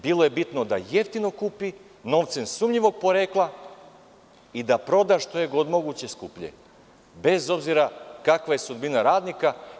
Bilo je bitno da jeftino kupi, novcem sumnjivog porekla, i da proda što je god moguće skuplje, bez obzira kakva je sudbina tih radnika.